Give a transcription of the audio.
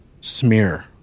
smear